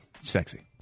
Sexy